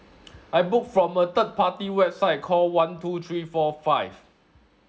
I booked from a third party website call one two three four five